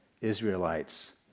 Israelites